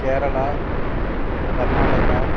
Kerala Karnataka